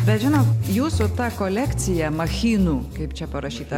bet žinot jūsų tą kolekcija machinų kaip čia parašyta